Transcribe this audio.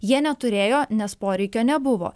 jie neturėjo nes poreikio nebuvo